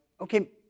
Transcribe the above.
okay